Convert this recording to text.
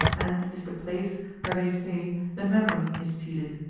and is the place where they say the memory is seated.